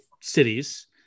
cities